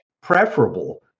preferable